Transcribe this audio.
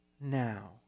now